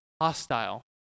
hostile